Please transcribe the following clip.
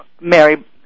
mary